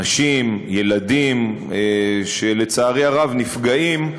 נשים, ילדים, שלצערי הרב נפגעים,